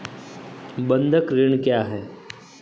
बंधक ऋण क्या है?